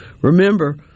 remember